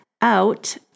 out